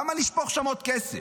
למה לשפוך שם עוד כסף?